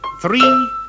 three